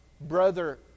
brother